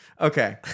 okay